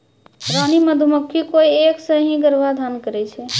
रानी मधुमक्खी कोय एक सें ही गर्भाधान करै छै